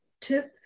tip